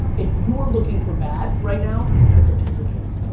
if you are looking for bad right now, it's a piece of cake.